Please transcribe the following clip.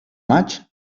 maig